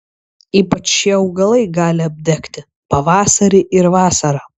ypač šie augalai gali apdegti pavasarį ir vasarą